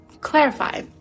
Clarify